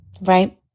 Right